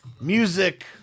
music